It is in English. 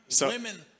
Women